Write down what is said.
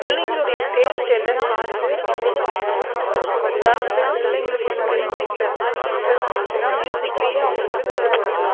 பிள்ளைங்களுடைய taste என்னென்னு பார்த்து அவங்கள படிக்க வைக்கிறாங்க உதாரணத்துக்கு பிள்ளைங்களுக்கு வந்து மியூசிகில் இன்ட்ரெஸ்ட் இருந்துச்சுனா மியூசிக்லியே அவங்குளுக்கு கொண்டு போகிறாங்க